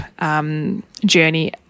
journey